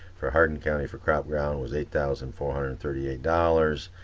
for hardin county, for crop grounds was eight thousand four hundred and thirty eight dollars.